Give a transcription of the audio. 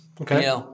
Okay